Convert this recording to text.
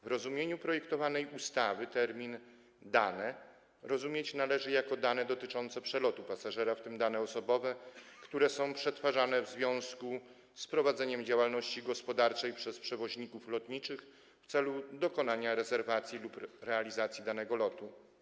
W rozumieniu projektowanej ustawy termin „dane” rozumieć należy jako dane dotyczące przelotu pasażera, w tym dane osobowe, które są przetwarzane w związku z prowadzeniem działalności gospodarczej przez przewoźników lotniczych w celu dokonania rezerwacji lub realizacji danego lotu.